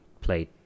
played